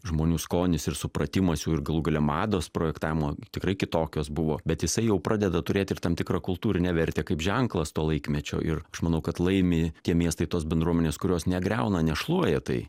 žmonių skonis ir supratimas jau ir galų gale mados projektavimo tikrai kitokios buvo bet jisai jau pradeda turėt ir tam tikrą kultūrinę vertę kaip ženklas to laikmečio ir aš manau kad laimi tie miestai tos bendruomenės kurios negriauna nešluoja tai